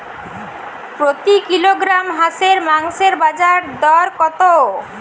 প্রতি কিলোগ্রাম হাঁসের মাংসের বাজার দর কত?